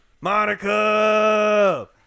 Monica